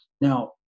Now